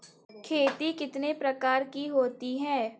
खेती कितने प्रकार की होती है?